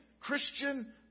Christian